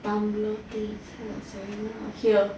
here